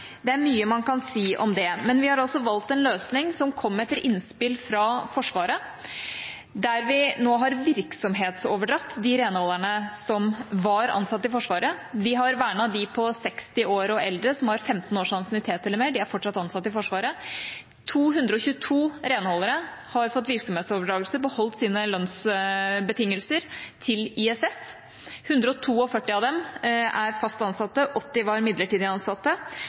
Det er mye man kan si om det, men vi har altså valgt en løsning som kom etter innspill fra Forsvaret, der vi nå har virksomhetsoverdratt de renholderne som var ansatt i Forsvaret. Vi har vernet dem på 60 år og eldre som har 15 års ansiennitet eller mer – de er fortsatt ansatt i Forsvaret. 222 renholdere har fått virksomhetsoverdragelse og beholdt sine lønnsbetingelser over i ISS. 142 av dem er fast ansatt, 80 var midlertidig